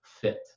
fit